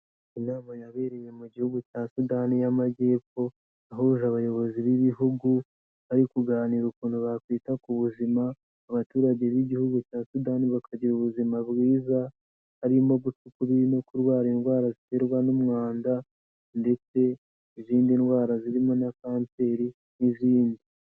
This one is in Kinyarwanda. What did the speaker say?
Inama yabereye mu gihugu cya Sudani y'Amajyepfo, yahuje abayobozi b'ibihugu, bari kuganira ukuntu bakwita ku ubuzima, abaturage b'igihugu cya Sudani bakagira ubuzima bwiza, harimo guca ukubiri no kurwara indwara ziterwa n'umwanda ,ndetse n'izindi ndwara zirimo na kanseri, n'izindi.